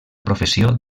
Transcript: professió